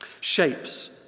shapes